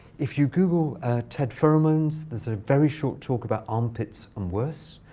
if you google ted pheromones, there's a very short talk about armpits and worse.